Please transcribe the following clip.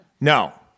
no